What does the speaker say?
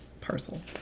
parcel